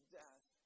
death